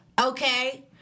okay